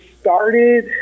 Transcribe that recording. started